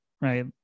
right